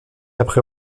après